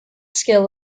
skill